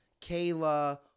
Kayla